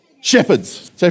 shepherds